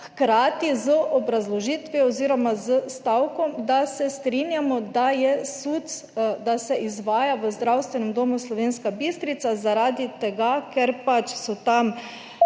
hkrati z obrazložitvijo oziroma s stavkom, da se strinjamo, da se SUC izvaja v Zdravstvenem domu Slovenska Bistrica zaradi tega, ker se tam